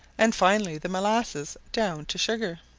and finally the molasses down to sugar.